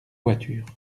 voitures